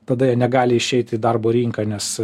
tada jie negali išeit į darbo rinką nes